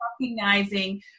recognizing